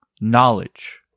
Knowledge